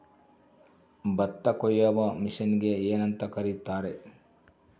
ಭತ್ತ ಕೊಯ್ಯುವ ಮಿಷನ್ನಿಗೆ ಏನಂತ ಕರೆಯುತ್ತಾರೆ?